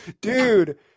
dude